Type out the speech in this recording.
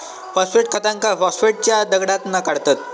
phosphate खतांका फॉस्फेटच्या दगडातना काढतत